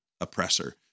oppressor